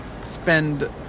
spend